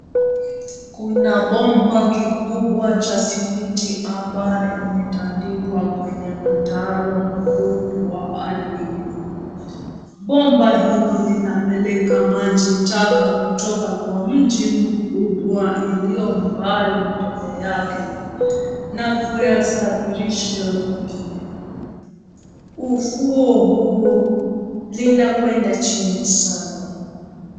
Kuna bomba kikubwa cha simiti ambayo imetandikwa kwenye mtaro mkubwa ardhini. Bomba hilo linapeleka maji taka kutoka kwa mji mkubwa iliyo mbali mbele yake na kuyasafirisha kwengine. Ufuo huo linakwenda chini sana.